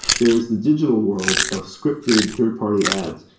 there is the digital world of scripted third party ads.